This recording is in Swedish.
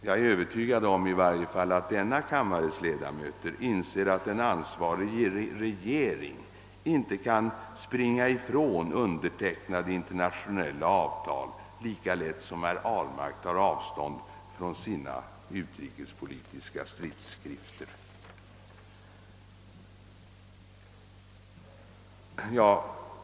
Jag är vidare övertygad om att i varje fall denna kammares ledamöter inser att en ansvarig regering inte kan springa ifrån undertecknade internationella avtal lika lätt som herr Ahlmark tar avstånd från sina utrikespolitiska stridsskrifter.